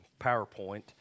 PowerPoint